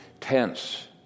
tense